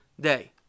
day